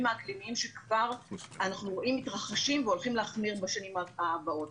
האקלימיים שאנחנו כבר רואים שמתרחשים והולכים להחמיר בשנים הבאות.